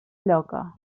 lloca